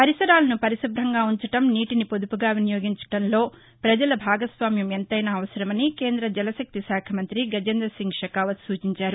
పరిసరాలను పరిశుభంగా ఉంచడం నీటిని పొదుపుగా వినియోగించడంలో వజల భాగస్వామ్యం ఎంతైనా అవసరమని కేంద్ర జలశక్తి శాఖ మంతి గజేంద్రసింగ్ షెకావత్ సూచించారు